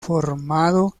formado